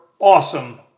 awesome